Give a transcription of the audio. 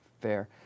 fair